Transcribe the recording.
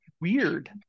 Weird